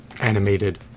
animated